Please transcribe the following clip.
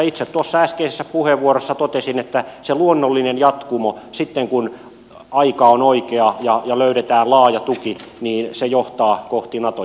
itse äskeisessä puheenvuorossa totesin että se luonnollinen jatkumo sitten kun aika on oikea ja löydetään laaja tuki johtaa kohti nato jäsenyyttä